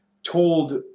told